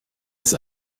ist